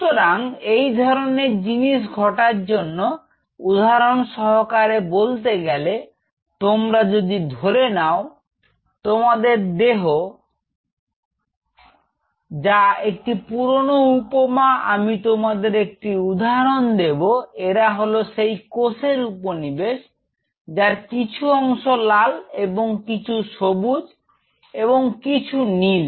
সুতরাং এই ধরনের জিনিস ঘটার জন্য উদাহরণ সহকারে বলতে গেলে তোমরা যদি ধরে নাও তোমাদের দেহ যায় একটি পুরনো উপমা আমি তোমাদের একটি উদাহরণ দেব এরা হলো সেই কোষের উপনিবেশ যার কিছু অংশ লাল এবং কিছু সবুজ এবং কিছু নীল